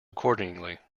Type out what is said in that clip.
accordingly